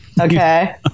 Okay